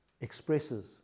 expresses